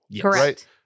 correct